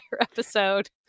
episode